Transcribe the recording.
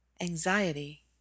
anxiety